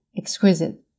exquisite